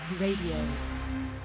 Radio